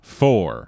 four